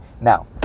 Now